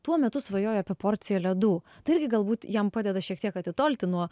tuo metu svajojo apie porcija ledų tai irgi galbūt jam padeda šiek tiek atitolti nuo